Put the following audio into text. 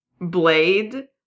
Blade